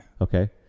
Okay